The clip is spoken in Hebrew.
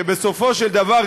שבסופו של דבר,